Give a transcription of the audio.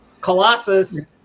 Colossus